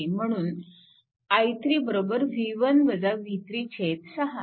म्हणून i3 6